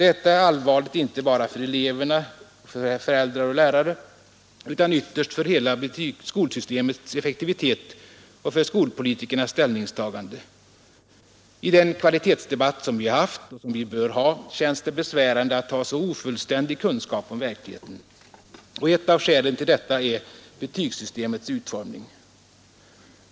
Detta är allvarligt, inte bara för elever, föräldrar och lärare utan ytterst för hela skolsystemets effektivitet och för skolpolitikernas ställningstagande. I den kvalitetsdebatt som vi haft — och som vi bör ha — känns det besvärande med en så ofullständig kunskap om verkligheten. Ett av skälen till detta är betygssystemets utformning.